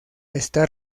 está